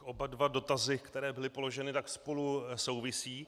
Oba dva dotazy, které byly položeny, spolu souvisí.